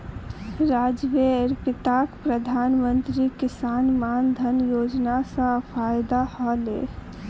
राजीवेर पिताक प्रधानमंत्री किसान मान धन योजना स फायदा ह ले